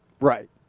Right